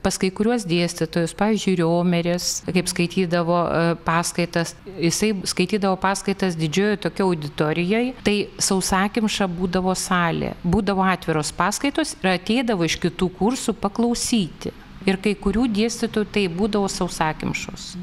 pas kai kuriuos dėstytojus pavyzdžiui riomeris kaip skaitydavo paskaitas jisai skaitydavo paskaitas didžiojoj tokioj auditorijoj tai sausakimša būdavo salė būdavo atviros paskaitos ir ateidavo iš kitų kursų paklausyti ir kai kurių dėstytojų tai būdavo sausakimšos